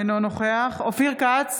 אינו נוכח אופיר כץ,